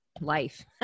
life